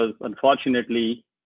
unfortunately